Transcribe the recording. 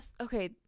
okay